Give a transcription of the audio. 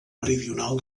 meridional